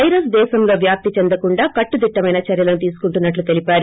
virus దేశంలో వ్యాప్తి చెందకుండా కట్టుదిట్టమైన చర్యలను తీసుకున్నట్లు తెలిపారు